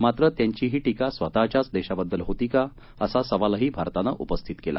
मात्र त्यांची ही टीका स्वतःच्याच देशाबद्दल होती का असा सवालही भारतानं उपस्थित केला